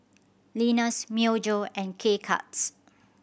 Lenas Myojo and K Cuts